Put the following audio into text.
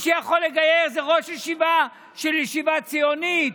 שיכול לגייר זה ראש ישיבה של ישיבה ציונית,